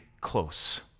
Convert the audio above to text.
close